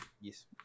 Yes